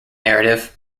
narrative